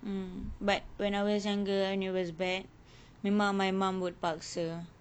mm but when I was younger and it was bad memang my mom would paksa